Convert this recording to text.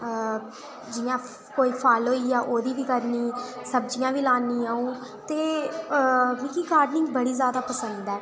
कोई फल होइया ओह्दी बी करनी सब्जियां बी लानी अ'ऊं ते मिगी गाडर्निंग बड़ी जैदा पसंद ऐ